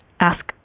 Ask